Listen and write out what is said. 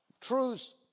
truths